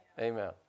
Amen